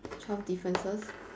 twelve differences